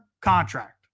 contract